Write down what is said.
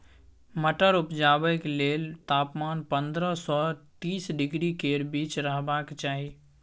मटर उपजाबै लेल तापमान पंद्रह सँ तीस डिग्री केर बीच रहबाक चाही